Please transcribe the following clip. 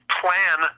plan